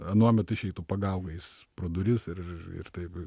anuomet išeitų pagaugais pro duris ir ir taip